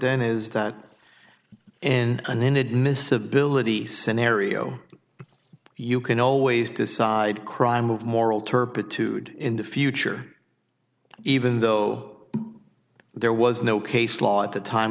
then is that in an inadmissibility scenario you can always decide crime of moral turpitude in the future even though there was no case law at the time